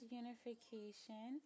unification